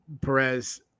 Perez